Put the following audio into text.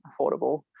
affordable